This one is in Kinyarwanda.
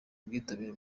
ubwitabire